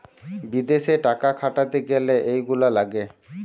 বিদেশে টাকা খাটাতে গ্যালে এইগুলা লাগে